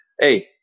hey